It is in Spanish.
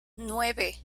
nueve